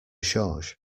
change